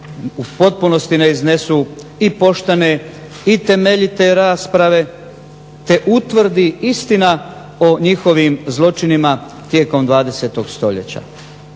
potpunosti ne iznesu i poštene i temeljite rasprave te utvrdi istina o njihovim zločinima tijekom 20. stoljeća.